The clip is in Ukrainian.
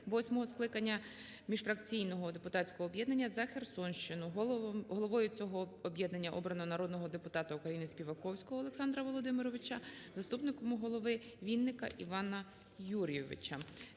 скликання міжфракційного депутатського об'єднання "За Херсонщину". Головою цього об'єднання обраного народного депутата УкраїниСпіваковського Олександра Володимировича, заступником голови – Вінника Івана Юлійовича.